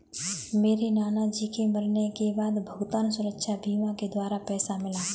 मेरे नाना जी के मरने के बाद भुगतान सुरक्षा बीमा के द्वारा पैसा मिला